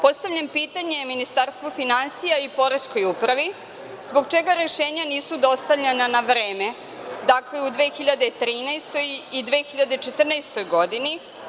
Postavljam pitanje Ministarstvu finansija i Poreskoj upravi – zbog čega rešenja nisu dostavljena na vreme, dakle, u 2013. i 2014. godini?